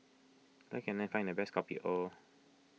where can I find the best Kopi O